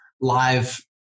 live